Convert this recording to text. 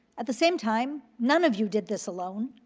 at the same time, none of you did this alone.